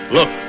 Look